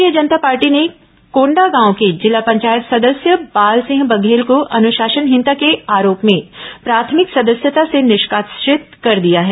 भारतीय जनता पार्टी ने कोंडागांव के जिला पंचायत सदस्य बाल सिंह बघेल को अनुशासनहीनता के आरोप में प्राथमिक सदस्यता से निष्कासित कर दिया है